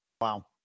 Wow